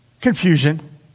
Confusion